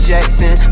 Jackson